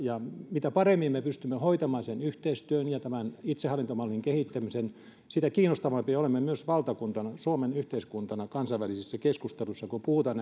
mitä paremmin me pystymme hoitamaan sen yhteistyön ja tämän itsehallintomallin kehittämisen sitä kiinnostavampia olemme myös valtakuntana suomen yhteiskuntana kansainvälisissä keskusteluissa kun puhutaan